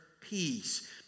peace